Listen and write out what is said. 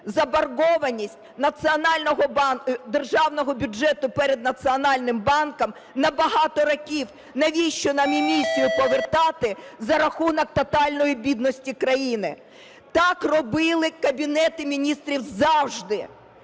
заборгованість державного бюджету перед Національним банком на багато років. Навіщо нам емісію повертати за рахунок тотальної бідності країни? Так робили Кабінети Міністрів завжди.